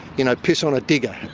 you know, piss on a digger.